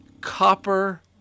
copper